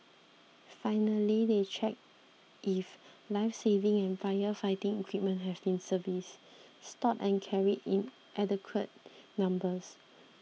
finally they check if lifesaving and firefighting equipment has been serviced stowed and carried in adequate numbers